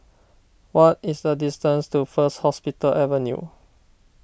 what is the distance to First Hospital Avenue